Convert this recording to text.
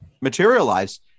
materialize